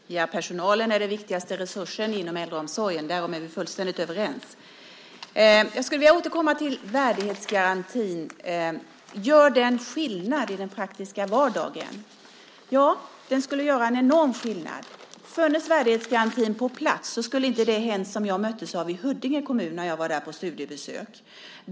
Herr talman! Personalen är den viktigaste resursen inom äldreomsorgen - därom är vi fullständigt överens. Jag skulle vilja återkomma till värdighetsgarantin. Gör den skillnad i den praktiska vardagen? Ja, den skulle göra en enorm skillnad. Funnes värdighetsgarantin på plats så skulle inte det ha hänt som jag möttes av i Huddinge kommun när jag var där på studiebesök.